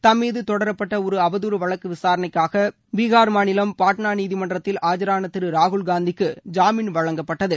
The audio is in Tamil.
தம் மீது தொடரப்பட்ட ஒரு அவதுறு வழக்கு விசாரணைக்காக பீஹார் மாநிலம் பாட்னா நீதிமன்றத்தில் ஆஜரான திரு ராகுல்காந்திக்கு ஜாமீன் வழங்கப்பட்டது